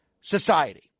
society